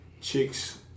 chicks